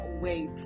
wait